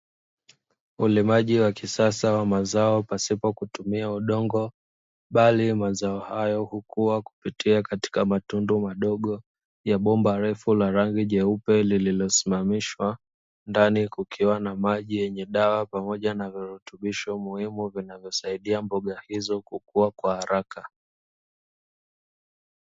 Ulimaji wa kisasa wa mazao pasipo kutumia udongo, bali mazao hayo hukua kupitia katika matundu madogo ya bomba refu la rangi jeupe lililosimamishwa, ndani kukiwa na maji yenye dawa pamoja na virutubisho muhimu vinavyosaidia mboga hizo kukua kwa haraka.